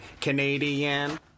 Canadian